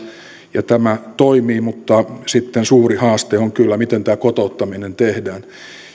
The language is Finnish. ja tämä toimii mutta sitten suuri haaste on kyllä miten tämä kotouttaminen tehdään